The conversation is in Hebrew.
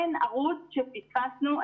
אין ערוץ שפספסנו.